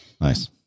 Nice